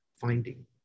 finding